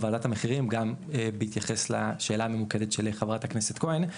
ועדת המחירים גם בהתייחס לשאלה הממוקדת של חברת הכנסת כהן.